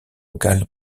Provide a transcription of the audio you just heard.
local